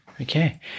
Okay